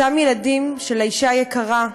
אותם ילדים של האישה היקרה,